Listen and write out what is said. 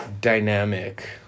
dynamic